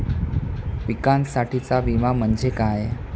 पिकांसाठीचा विमा म्हणजे काय?